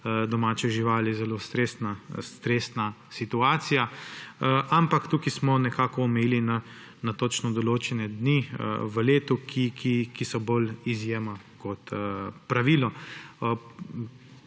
domače živali zelo stresna situacija. Ampak tukaj smo nekako omejili na točno določene dni v letu, ki so bolj izjema kot pravilo.